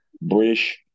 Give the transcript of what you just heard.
British